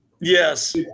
yes